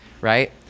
Right